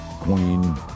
Queen